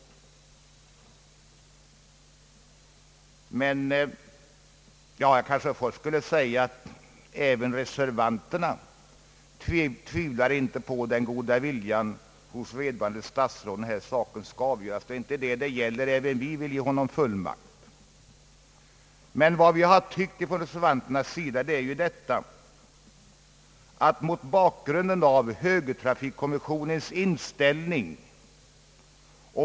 Jag vill säga att inte heller reservanterna tvivlar på vederbörande statsråds goda vilja, när denna fråga skall avgöras. Det är inte detta saken gäller — även vi reservanter vill ge Kungl. Maj:t fullmakt.